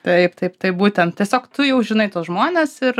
taip taip taip būtent tiesiog tu jau žinai tuos žmones ir